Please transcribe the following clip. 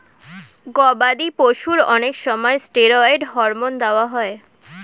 গবাদি পশুর অনেক সময় স্টেরয়েড হরমোন দেওয়া হয়